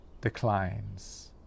declines